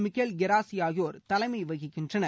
Michael கெராஸி ஆகியோர் தலைமை வகிக்கின்றனர்